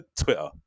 Twitter